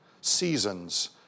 seasons